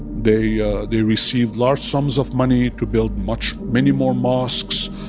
they yeah they received large sums of money to build much many more mosques,